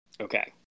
Okay